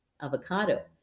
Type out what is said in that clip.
avocado